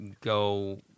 go